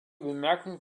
bemerkungen